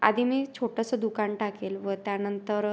आधी मी छोटंसं दुकान टाकेल व त्यानंतर